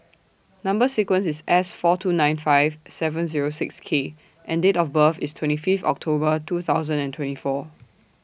Number sequence IS S four two nine five seven Zero six K and Date of birth IS twenty Fifth October two thousand and twenty four